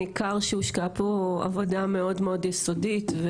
ניכר שהושקעה פה עבודה מאד מאד יסודית,